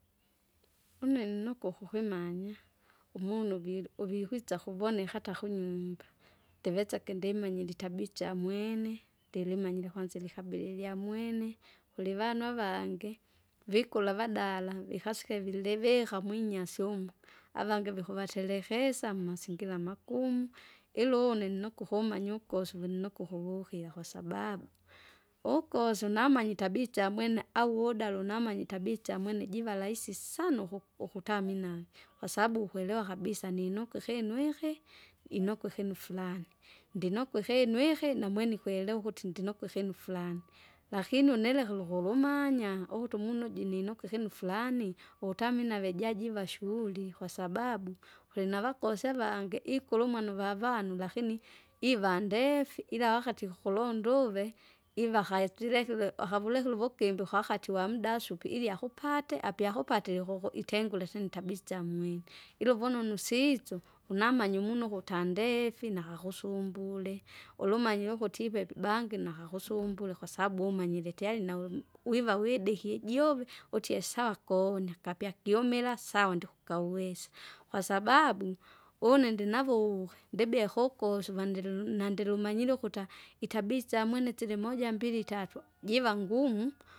Une ninuku uhuhimanya, umunu vil- uvikwisa kuvoneka ata kunyumba, ndivezeke ndimanyire itabia ichamwene, ndilimanyire kwanzira ikabila ilyamwene, kulivanu avangi! vikula avadala vikasike vilivika mwinyasi umu vangi vikuvaterekesa mmasingira amagumu, ila une nukuhumanya ukosi uve nukuhuvukira kwasababu, ukosi unamanye itabia ichamwene au wudalo unamanya jiva rahisi sana uku- ukutamina. Kwasabu ukwelewa kabisa ninuke ikinu ikinu furani, ndinuku ikinu ihi numwene numwene ikwelewa ukuti ndinuku ikinu furani, lakini unelekera ukulumanya, ukuti umunu uji ninuka ikinu furani? Ukutamina vejajiva shuhuli kwasababu, kulinavakosi ikulu umwana uvavanu lakini iva ndefi ila wakati ukulonda uve, iva akaisilekile akavulekile uvukimbi kwawakati uwamda asupi ili akupate aypyakupatile kuku itengule tena itabitsa mwiri ila uvununu siso kunamanya umuno kutandefi nakakusumbule, ulumanyire ukutive bangi nakusumbule kwasabu umanyire tiari naum- viva widekie juve utie sawa koonya kapya kyukyumira sawa ndikukawisa, kwasababu, une ndinavuge, ndibye kukusuva ndilu- nandilumanyire ukuta, itabia isyamwene silimoja, mbili, tatu, jiva ngumu.